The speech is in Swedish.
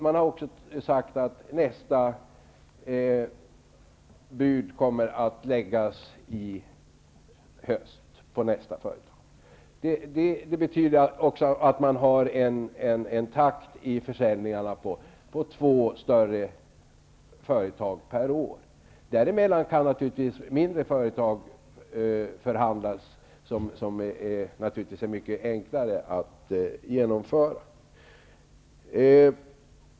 Man har också sagt att budet på nästa företag kommer att läggas i höst. Det betyder att man har en takt i försäljningarna på två större företag per år. Däremellan kan man naturligtvis förhandla om mindre företag, där en försäljning är enklare att genomföra.